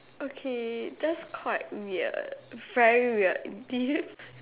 okay that's quite weird very weird do you